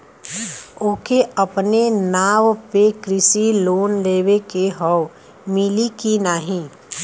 ओके अपने नाव पे कृषि लोन लेवे के हव मिली की ना ही?